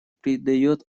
придает